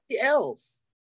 else